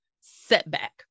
setback